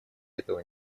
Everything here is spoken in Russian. этого